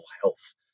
health